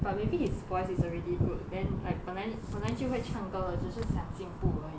but maybe his voice is already good then like 本来本来就会唱歌了只是想进步而已